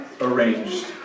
arranged